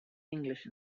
english